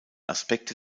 aspekte